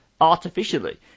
artificially